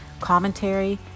commentary